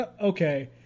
Okay